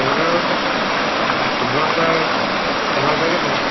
ট্ৰেভেলাৰৰ লগত পোন্ধৰ হাজাৰ পোন্ধৰ হাজাৰকৈ লওঁ